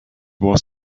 was